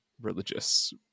religious